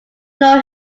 know